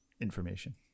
information